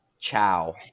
Ciao